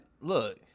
look